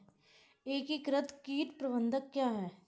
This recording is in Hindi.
एकीकृत कीट प्रबंधन क्या है?